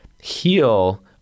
heal